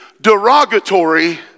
derogatory